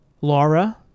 Laura